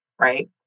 right